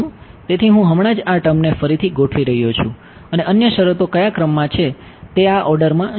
તેથી હું હમણાં જ આ ટર્મને ફરીથી ગોઠવી રહ્યો છું અને અન્ય શરતો કયા ક્રમમાં છે તે આ ઓર્ડરમાં છે